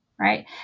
Right